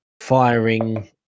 firing